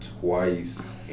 twice